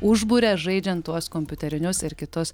užburia žaidžiant tuos kompiuterinius ir kitus